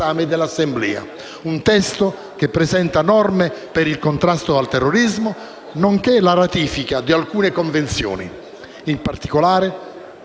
Grazie